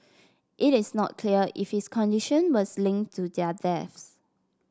it is not clear if his condition was linked to their deaths